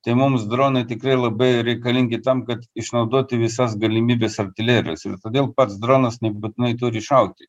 tai mums dronai tikrai labai reikalingi tam kad išnaudoti visas galimybes artilerijos ir todėl pats dronas nebūtinai turi šauti